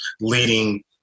leading